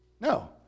no